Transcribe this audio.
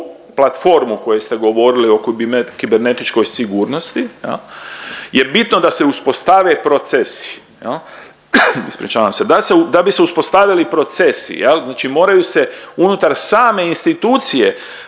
platformu koju ste govorili o kibernetičkoj sigurnosti je bitno da se uspostave procesi. Da bi se uspostavili procesi moraju se unutar same institucije